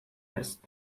است